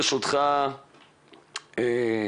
יש כאן